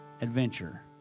adventure